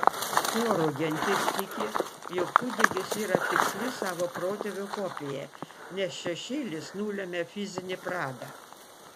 forų gentis tiki jog kūdikis yra tiksli savo protėvio kopija nes šešėlis nulemia fizinį pradą